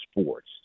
sports